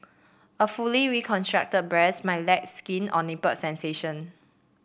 a fully reconstructed breast might lack skin or nipple sensation